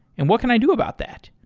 and what can i do about that?